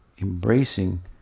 embracing